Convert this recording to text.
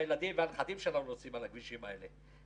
הילדים והנכדים שלנו נוסעים על הכבישים האלה.